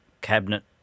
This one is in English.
cabinet